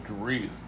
Grief